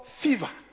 fever